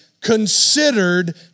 considered